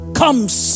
comes